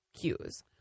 cues